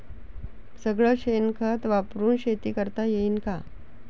सगळं शेन खत वापरुन शेती करता येईन का?